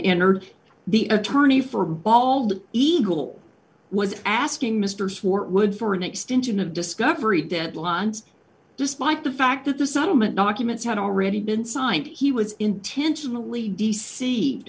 entered the attorney for bald eagle was asking mr swartwood for an extension of discovery deadlines despite the fact that the settlement documents had already been signed he was intentionally deceived